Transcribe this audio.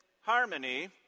harmony